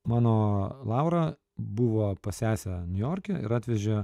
mano laura buvo pas sesę niujorke ir atvežė